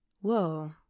whoa